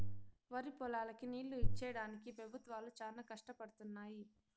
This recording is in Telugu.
వరిపొలాలకి నీళ్ళు ఇచ్చేడానికి పెబుత్వాలు చానా కష్టపడుతున్నయ్యి